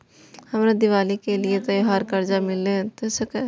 हमरा दिवाली के लिये त्योहार कर्जा मिल सकय?